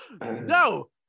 No